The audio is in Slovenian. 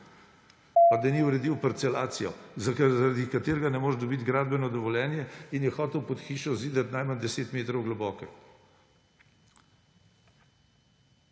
Pa da ni uredil parcelacije, zaradi katerega ne moreš dobiti gradbenega dovoljenja, in je hotel pod hišo zidati najmanj deset metrov globoko.